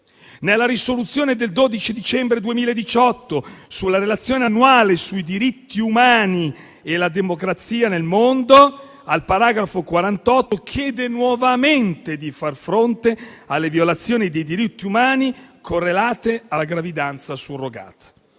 La risoluzione del 12 dicembre 2018 sulla relazione annuale sui diritti umani e la democrazia nel mondo, al paragrafo 48, chiede nuovamente di far fronte alle violazioni dei diritti umani correlate alla gravidanza surrogata.